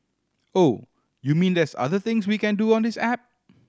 oh you mean there's other things we can do on this app